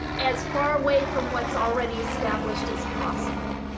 as far away from what's already established as possible.